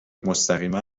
مستقیما